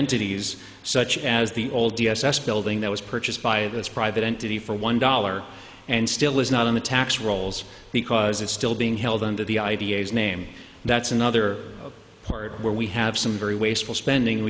entities such as the old d s s building that was purchased by this private entity for one dollar and still is not in the tax rolls because it's still being held under the i d s name that's another part where we have some very wasteful spending